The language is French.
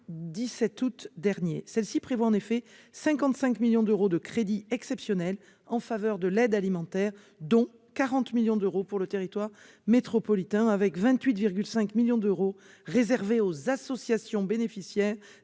16 août dernier. Celle-ci prévoit en effet d'allouer 55 millions d'euros de crédits exceptionnels à l'aide alimentaire, dont 40 millions d'euros pour le territoire métropolitain, une enveloppe de 28,5 millions d'euros étant réservée aux associations bénéficiaires